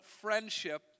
friendship